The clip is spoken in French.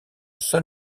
seul